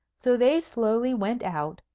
so they slowly went out,